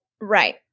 Right